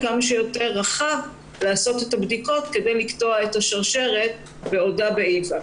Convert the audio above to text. כמה שיותר רחב לעשות את הבדיקות כדי לקטוע את השרשרת בעודה באִיבה.